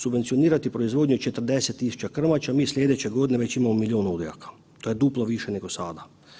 Subvencionirati proizvodnju 40.000 krmača i mi sljedeće godine već imamo milijun odojaka, to je duplo više nego sada.